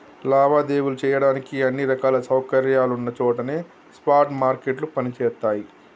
లావాదేవీలు చెయ్యడానికి అన్ని రకాల సౌకర్యాలున్న చోటనే స్పాట్ మార్కెట్లు పనిచేత్తయ్యి